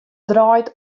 draait